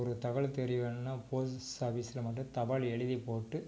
ஒரு தகவல் தெரிய வேணும்ன்னா போஸ்ட் ஆஃபீஸில் வந்து தபால் எழுதிப் போட்டு